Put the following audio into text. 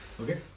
Okay